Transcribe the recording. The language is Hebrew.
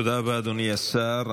תודה רבה, אדוני השר.